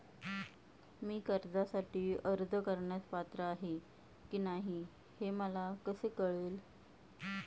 मी कर्जासाठी अर्ज करण्यास पात्र आहे की नाही हे मला कसे कळेल?